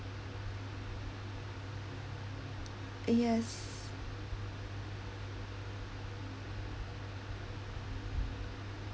uh yes